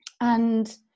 And-